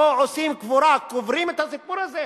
פה עושים קבורה, קוברים את הסיפור הזה,